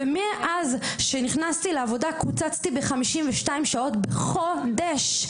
ומאז שנכנסתי לעבודה קוצצתי ב-52 שעות בחודש.